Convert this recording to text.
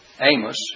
Amos